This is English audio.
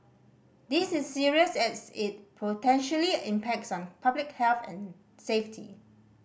this is serious as it potentially impacts on public health and safety